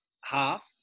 half